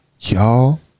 Y'all